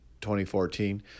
2014